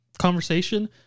conversation